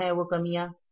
क्या हैं वो कमियाँ